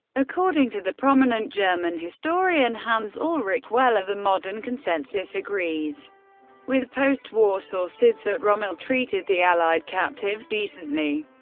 according to the prominent german historian hans-ulrich wehler, the modern consensus agrees with post-war sources that rommel treated the allied captives decently,